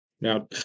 Now